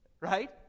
right